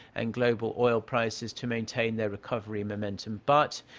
and global oil prices to maintain their recovery momentum. but,